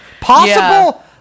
Possible